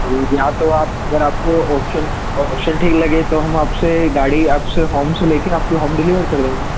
तो या तो आप अगर आपको ऑप्शन ऑप्शन ठीक लगे तो हम आपसे गाड़ी आपसे होम से लेके आपके होम डिलीवर कर देंगे